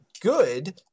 good